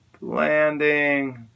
landing